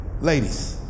Ladies